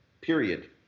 period